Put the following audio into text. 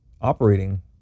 operating